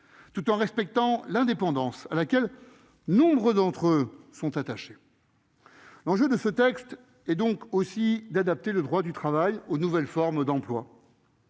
tout en respectant l'indépendance à laquelle nombre d'entre eux sont attachés. Il s'agit aussi d'adapter le droit du travail aux nouvelles formes d'emploi.